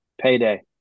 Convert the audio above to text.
Payday